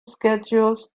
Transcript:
schedules